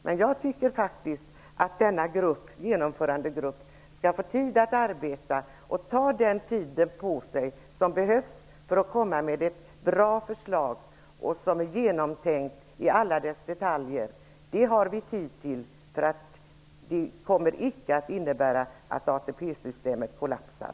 Men jag tycker faktiskt att denna genomförandegrupp skall få ta den tid på sig som behövs för att komma fram till ett bra och ett i alla dess detaljer genomtänkt förslag. Vi har tid till det. Det kommer inte att innebära att ATP-systemet kollapsar.